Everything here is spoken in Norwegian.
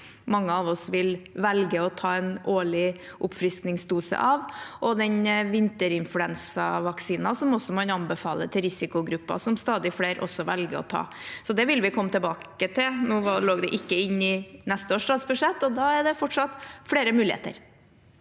mange av oss vil velge å ta en årlig oppfriskningsdose av, og vinterinfluensavaksinen, som man også anbefaler for risikogrupper, og som stadig flere velger å ta. Så dette vil vi komme tilbake til. Nå lå det ikke inne i neste års statsbudsjett, og da er det fortsatt flere muligheter.